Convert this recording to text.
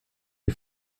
les